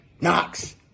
Knox